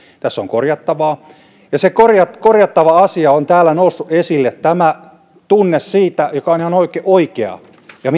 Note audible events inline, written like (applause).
tässä on korjattavaa ja se korjattava korjattava asia on täällä noussut esille tämä tunne siitä joka on ihan oikea ja (unintelligible)